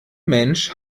mensch